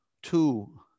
Two